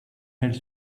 elle